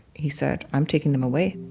he said, i'm taking them away.